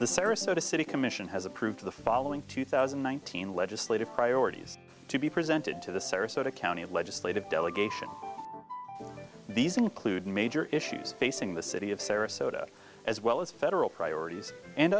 the sarasota city commission has approved the following two thousand one thousand legislative priorities to be presented to the sarasota county legislative delegation these include major issues facing the city of sarasota as well as federal priorities and